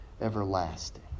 everlasting